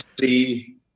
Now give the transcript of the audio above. see